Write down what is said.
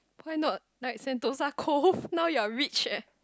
why not like Sentosa-Cove now you're rich eh